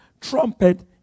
trumpet